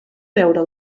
veure